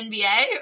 NBA